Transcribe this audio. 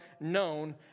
known